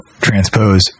transpose